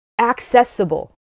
accessible